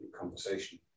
conversation